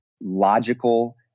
logical